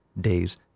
days